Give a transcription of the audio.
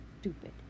stupid